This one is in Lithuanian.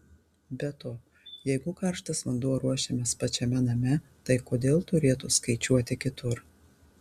be to jeigu karštas vanduo ruošiamas pačiame name tai kodėl turėtų skaičiuoti kitur